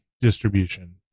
distribution